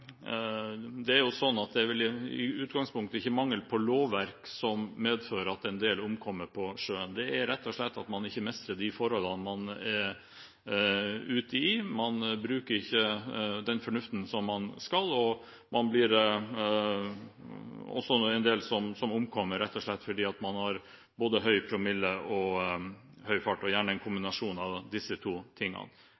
en del omkommer på sjøen. Grunnen er rett og slett at man ikke mestrer de forholdene man er ute i, og at man ikke bruker fornuften. Det er også en del som omkommer fordi man har både høy promille og høy fart – og gjerne en